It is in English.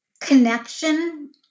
Connection